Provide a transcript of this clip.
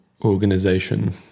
organization